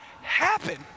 happen